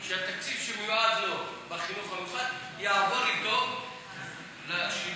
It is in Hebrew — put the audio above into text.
התקציב שמיועד לו בחינוך המיוחד יעבור איתו לשילוב.